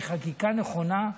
היא חקיקה נכונה.